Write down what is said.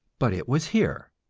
but it was here,